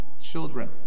children